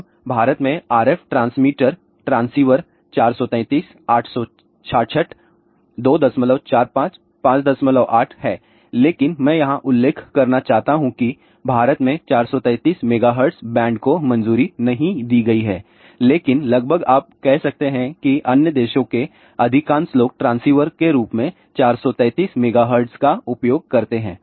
अब भारत में RF ट्रांसमीटर ट्रांसीवर 433 866 245 58 हैं लेकिन मैं यहाँ उल्लेख करना चाहता हूँ कि भारत में 433 MHz बैंड को मंजूरी नहीं दी गई है लेकिन लगभग आप कह सकते हैं कि अन्य देशों के अधिकांश लोग ट्रांसीवर के रूप में 433 मेगाहर्ट्ज का उपयोग करते हैं